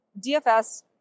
DFS